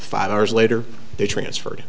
five hours later they transferred